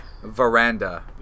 veranda